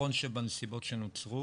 נכון שבנסיבות שנוצרו